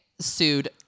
sued